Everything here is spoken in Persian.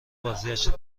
بازگشت